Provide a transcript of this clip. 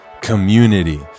community